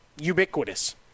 ubiquitous